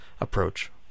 approach